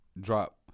drop